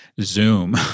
Zoom